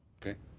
okay.